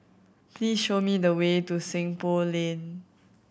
please show me the way to Seng Poh Lane